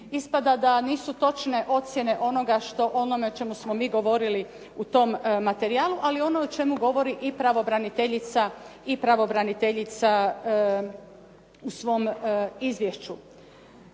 ispada da nisu točne ocjene onoga o čemu smo mi govorili u tom materijalu, ali i ono o čemu govori i pravobraniteljica u svom izvješću.